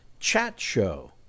CHATSHOW